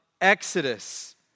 Exodus